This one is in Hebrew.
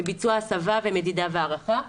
ביצוע הסבה ומדידה והערכה.